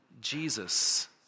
Jesus